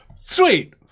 Sweet